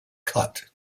cut